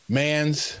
man's